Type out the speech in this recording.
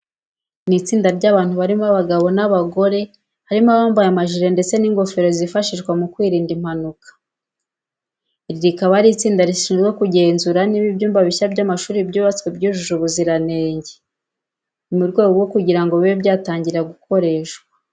Ni itsinda ry'abantu barimo abagabo n'abagore, harimo abambaye amajire ndetse n'ingofero zifashishwa mu kwirinda impanuka. Iri rikaba ari itsinda rishizwe kugenzura niba ibyumba bishya by'amashuri byubatswe byujuje ubuziranenge. Ni mu rwego rwo kugira ngo bibe byatangira gukoreshwa.